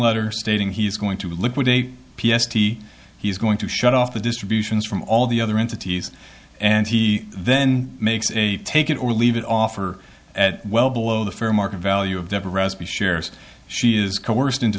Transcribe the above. letter stating he is going to liquidate p s t he's going to shut off the distributions from all the other entities and he then makes a take it or leave it offer at well below the fair market value of the shares she is coerced into